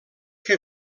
que